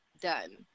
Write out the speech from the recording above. done